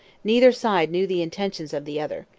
neither side knew the intentions of the other.